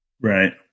Right